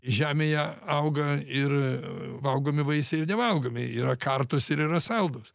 žemėje auga ir valgomi vaisiai ir nevalgomi yra kartūs ir yra saldūs